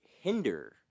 hinder